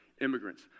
immigrants